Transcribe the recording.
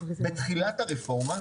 בתחילת הרפורמה,